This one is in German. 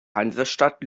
hansestadt